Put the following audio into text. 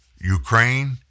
Ukraine